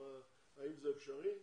האם זה אפשרי?